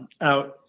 out